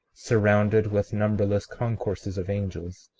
surrounded with numberless concourses of angels,